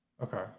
Okay